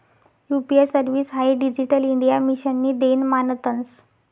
UPI service हाई digital India मिशननी देन मानतंस